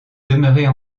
demeurer